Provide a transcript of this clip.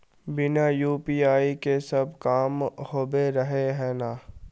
बिना यु.पी.आई के सब काम होबे रहे है ना?